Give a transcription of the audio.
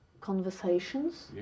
conversations